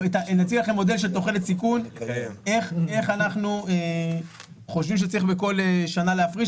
מודל של תוחלת סיכון איך אנחנו חושבים שצריך בכל שנה להפריש.